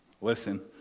Listen